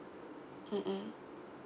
mmhmm